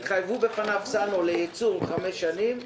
סנו התחייבו בפניו לייצור במשך חמש שנים.